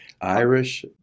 Irish